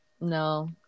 No